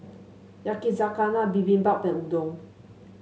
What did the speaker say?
Yakizakana Bibimbap and Udon